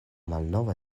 malnova